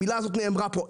המילה הזאת נאמרה פה,